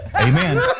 Amen